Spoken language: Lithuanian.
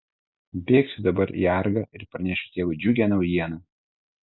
bėgsiu dabar į argą ir pranešiu tėvui džiugią naujieną